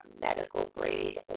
medical-grade